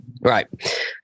right